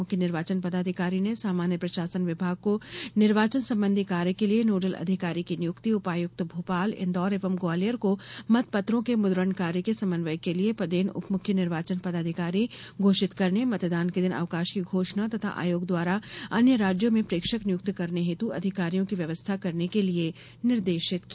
मुख्य निर्वाचन पदाधिकारी ने सामान्य प्रशासन विभाग को निर्वाचन संबंधी कार्य के लिए नोडल अधिकारी की नियुक्ति उपायुक्त भोपाल इन्दौर एवं ग्वालियर को मतपत्रों के मुद्रण कार्य के समन्वय के लिए पदेन उप मुख्य निर्वाचन पदाधिकारी घोषित करने मतदान के दिन अवकाश की घोषणा तथा आयोग द्वारा अन्य राज्यों में प्रेक्षक नियुक्त करने हेतु अधिकारियों की व्यवस्था करने के लिये निर्देशित किया